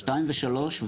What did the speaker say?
שתיים ושלוש,